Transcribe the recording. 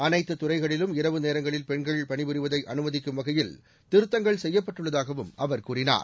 அனைத்து துறைகளிலும் இரவு நேரங்களில் பெண்கள் பணிபுரிவதை அனுமதிக்கும் வகையில் திருத்தங்கள் செய்யப்பட்டுள்ளதாகவும் அவர் கூறினார்